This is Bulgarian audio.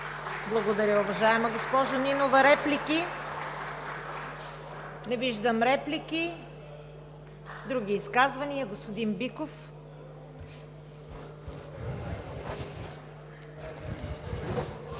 Благодаря, уважаема госпожо Нинова. Реплики? Не виждам. Други изказвания? Господин Биков, заповядайте.